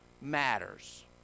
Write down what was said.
matters